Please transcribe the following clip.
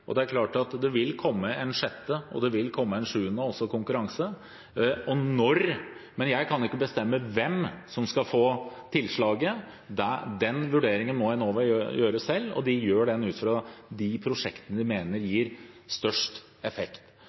Men jeg kan ikke bestemme hvem som skal få tilslaget. Den vurderingen må Enova gjøre selv, og de gjør den ut fra de prosjektene de mener gir størst effekt.